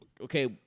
Okay